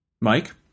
Mike